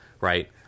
Right